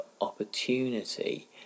opportunity